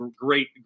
great